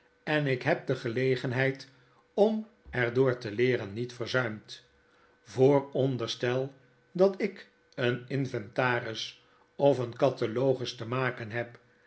en ik heb de gelegenheid om er door te leeren niet verzuimd vooronderstel dat ik een inventaris of een catalogue te maken heb